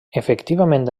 efectivament